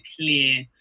clear